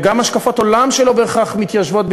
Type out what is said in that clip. וגם השקפות עולם שלא בהכרח מתיישבות,